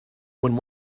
when